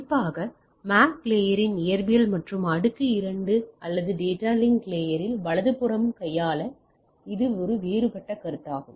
குறிப்பாக MAC லேயரின் இயற்பியல் மற்றும் அடுக்கு 2 அல்லது டேட்டா லிங்க் லேயர்ல் வலதுபுறம் கையாள இது வேறுபட்ட கருத்தாகும்